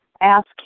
Ask